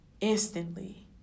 instantly